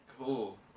Cool